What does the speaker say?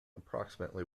approximately